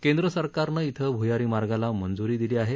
केंद्र सरकारनं इथं भ्यारी मार्गाला मंज्री दिली आहे